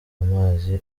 amazi